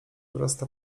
wrasta